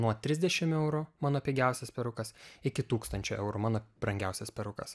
nuo trisdešim eurų mano pigiausias perukas iki tūkstančio eurų mano brangiausias perukas